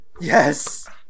Yes